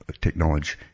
technology